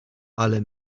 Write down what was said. ale